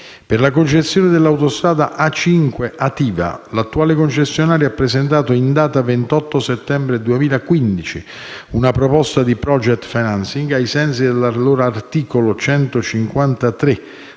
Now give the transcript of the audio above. Per la concessione dell'autostrada A5 (ATIVA), l'attuale concessionario ha presentato in data 28 settembre 2015 una proposta di *project financing* ai sensi dell'allora articolo 153